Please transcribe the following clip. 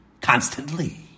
constantly